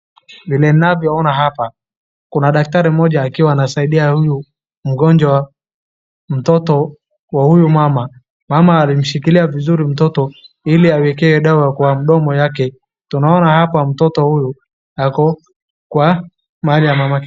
Kuna daktari mmoja akiwa anasaidia huyu mgonjwa mtoto wa huyu mama. Mama ameshikilia vizuri mtoto ili awekewe dawa kwa mdomo yake. Tunaona hapa huyu mtoto ako pahali ya mamake.